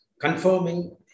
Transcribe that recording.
confirming